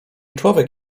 człowiek